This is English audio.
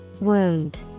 Wound